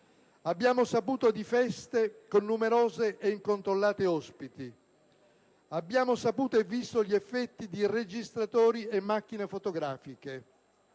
Abbiamo saputo di feste con numerose e incontrollate ospiti. Abbiamo saputo e visto gli effetti di registratori e macchine fotografiche.